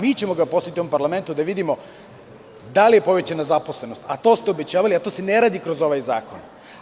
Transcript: Mi ćemo ga postaviti u ovom parlamentu da vidimo da li je povećana zaposlenost, a to ste obećavali, a to se ne radi kroz ovaj zakon.